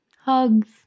Hugs